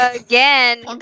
again